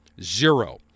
Zero